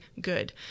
good